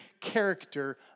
character